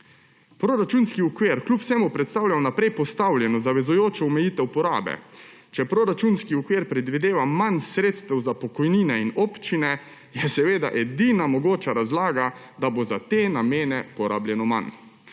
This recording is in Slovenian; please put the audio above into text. Proračunski okvir kljub vsemu predstavlja vnaprej postavljeno, zavezujočo omejitev porabe. Če proračunski okvir predvideva manj sredstev za pokojnine in občine, je seveda edina mogoča razlaga, da bo za te namene porabljeno manj.